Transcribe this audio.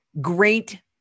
great